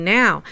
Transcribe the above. now